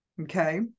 Okay